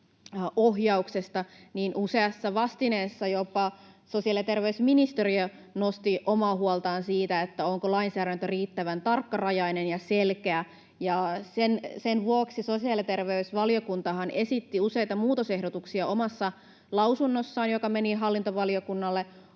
ohjauksesta. Useassa vastineessa jopa sosiaali- ja terveysministeriö nosti omaa huoltaan siitä, onko lainsäädäntö riittävän tarkkarajainen ja selkeä. Sen vuoksi sosiaali- ja terveysvaliokuntahan esitti useita muutosehdotuksia omassa lausunnossaan, joka meni hallintovaliokunnalle.